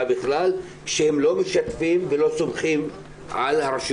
בכלל שהם לא משתפים את הרשויות המקומיות ולא סומכים עליהן.